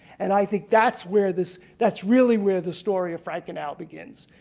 and i think that's where this, that's really where the story of frank and al begins.